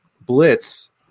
blitz